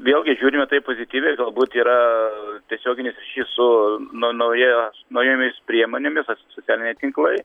vėlgi žiūrime į taip pozityviai galbūt yra tiesioginis ryšys su na nauja naujomis priemonėmis socialiniai tinklai